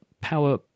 power